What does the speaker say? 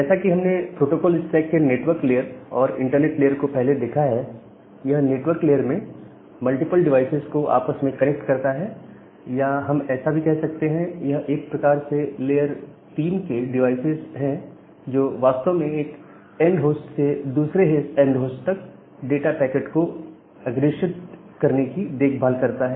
जैसा कि हमने प्रोटोकोल स्टैक के नेटवर्क लेयर और इंटरनेट लेयर को पहले देखा है यह नेटवर्क में मल्टीपल डिवाइसेज को आपस में कनेक्ट करता है या हम ऐसा भी कह सकते हैं यह एक प्रकार से लेयर 3 के डिवाइसेज है जो वास्तव में एक एंड होस्ट से दूसरे एंड होस्ट तक डाटा पैकेट के अग्रेषण की देखभाल करते हैं